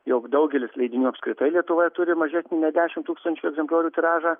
jog daugelis leidinių apskritai lietuvoje turi mažesnį nei dešim tūkstančių egzempliorių tiražą